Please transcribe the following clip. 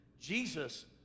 Jesus